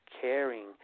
caring